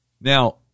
Now